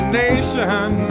nation